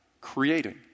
creating